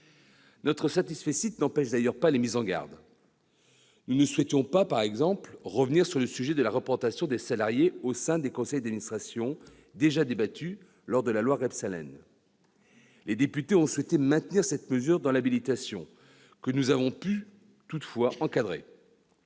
Notre satisfecit n'empêche d'ailleurs pas les mises en garde. Nous ne souhaitions pas, par exemple, revenir sur le sujet de la représentation des salariés au sein des conseils d'administration, déjà débattu lors de la loi Rebsamen. Les députés ont souhaité maintenir cette mesure dans l'habilitation, que nous avons pu, cependant, encadrer